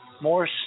more